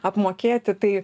apmokėti tai